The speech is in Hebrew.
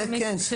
זה כן.